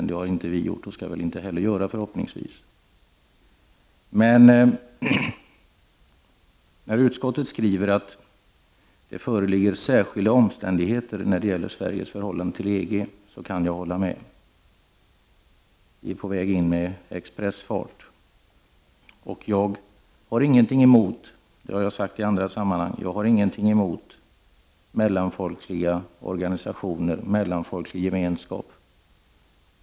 Det har inte vi gjort, och det skall vi väl inte heller göra, förhoppningsvis. Men när utskottet skriver att det föreligger särskilda omständigheter när det gäller Sveriges förhållande till EG, så kan jag hålla med. Vi är på väg in med expressfart. Som jag har sagt i andra sammanhang har jag ingenting emot mellanfolkliga organisationer och mellanfolklig gemenskap.